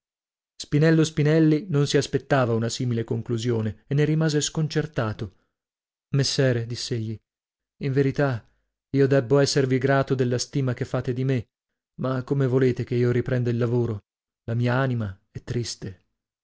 spinello spinelli non si aspettava una simile conclusione e ne rimase sconcertato messere diss'egli in verità io debbo esservi grato della stima che fate di me ma come volete che io riprenda il lavoro la mia anima è triste